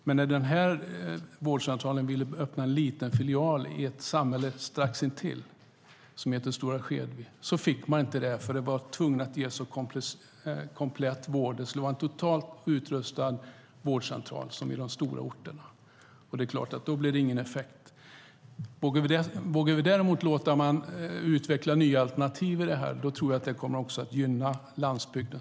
Men när den här vårdcentralen ville öppna en liten filial i ett samhälle strax intill som heter Stora Skedvi fick man inte göra det, utan man skulle bli tvungen att ge en komplett vård. Det skulle vara en totalt utrustad vårdcentral som i de stora orterna. Då blev det inget av. Vågar vi däremot utveckla nya alternativ här tror jag att det kommer att gynna landsbygden.